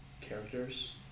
characters